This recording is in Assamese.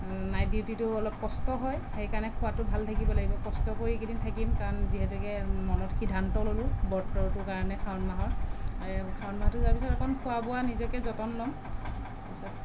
নাইট ডিউটিত অলপ কষ্ট হয় সেই কাৰণে খোৱাটো ভাল থাকিব লাগিব কষ্ট কৰি এইকেইদিন থাকিম কাৰণ যিহেতুকে মনত সিদ্ধান্ত হ'লো বতৰটোৰ কাৰণে শাওন মাহৰ এই শাওন মাহটো যোৱাৰ পাছত আকৌ খোৱা বোৱাটো নিজকে যতন ল'ম তাৰ পিছত